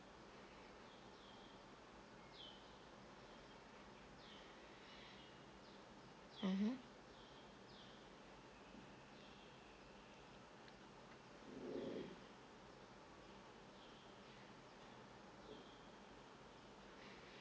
mmhmm